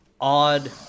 odd